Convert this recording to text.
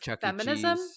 feminism